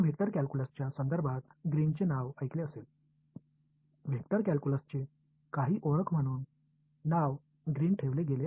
vector calculus சூழலில் Green பெயரை நீங்கள் கேள்விப்பட்டிருப்பீர்கள் வெக்டர் கால்குலஸின் சில அடையாளங்கள் கிரீன் பெயரை கொண்டுள்ளன